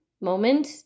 moment